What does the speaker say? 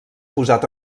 posat